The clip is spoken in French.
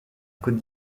côte